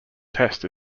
test